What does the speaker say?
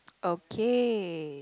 okay